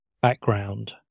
background